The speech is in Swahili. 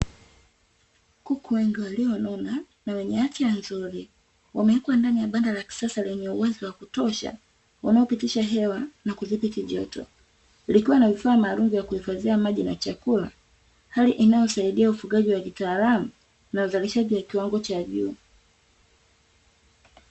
Kuku wengi walionona na wenye afya nzuri wamewekwa ndani ya banda la kisasa lenye uwazi wa kutosha, unaopitisha hewa na kudhibiti joto likiwa na vifaa maalumu vya kuhifadhia maji na chakula, hali inayosaidia ufugaji wa kitaalamu na uzalishaji wa kiwango cha juu.